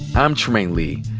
i'm trymaine lee.